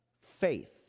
Faith